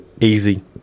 Easy